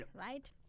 Right